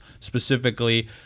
specifically